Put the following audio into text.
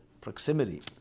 proximity